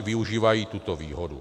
Využívají tuto výhodu.